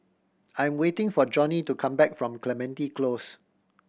I am waiting for Johnie to come back from Clementi Close